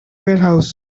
warehouse